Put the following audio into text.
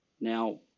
Now